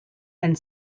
and